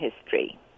history